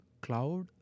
Cloud